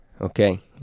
Okay